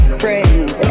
friends